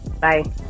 Bye